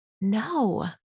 no